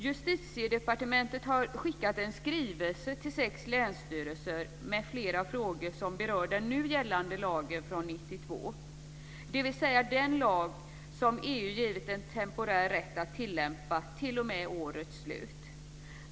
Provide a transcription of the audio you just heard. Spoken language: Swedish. Justitiedepartementet har skickat en skrivelse till sex länsstyrelser med flera frågor som berör den nu gällande lagen från 1992, dvs. den lag som EU givit Sverige en temporär rätt att tillämpa t.o.m. årets slut.